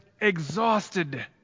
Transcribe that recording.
exhausted